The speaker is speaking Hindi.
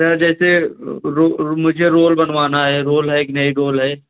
सर जैसे रोल मुझे रोल बनवाना है रोल है कि नहीं कि रोल है